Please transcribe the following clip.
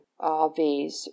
RVs